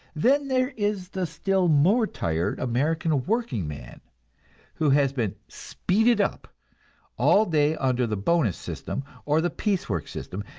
then there is the still more tired american workingman, who has been speeded up all day under the bonus system or the piece-work system,